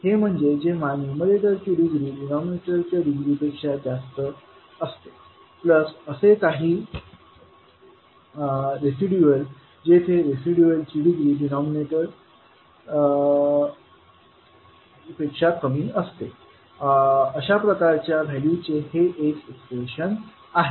हे म्हणजे जेव्हा न्यूमरेटरची डिग्री डिनॉमिनेटरच्या डिग्री पेक्षा जास्त असते प्लस असे काही रेसीडूअल जेथे रेसीडूअलची डिग्री डिनॉमिनेटर कमी असते अशा प्रकारच्या व्हॅल्यूचे हे एक एक्स्प्रेशन आहे